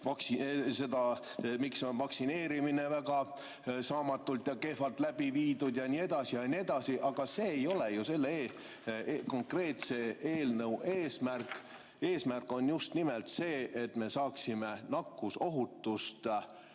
seda, miks on vaktsineerimine väga saamatult ja kehvalt läbi viidud, ja nii edasi ja nii edasi. Aga see ei ole ju selle eelnõu eesmärk. Eesmärk on just nimelt see, et me saaksime nakkusohutust